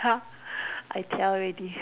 ya I 调 already